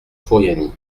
furiani